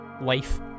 life